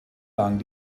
lang